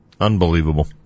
Unbelievable